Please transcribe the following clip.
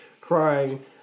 crying